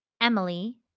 Emily